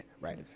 right